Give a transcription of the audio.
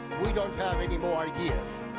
we don't have any more ideas.